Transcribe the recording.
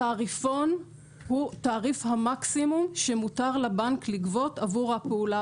התעריפון הוא תעריף המקסימום שמותר לבנק לגבות עבור הפעולה.